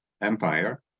empire